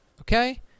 Okay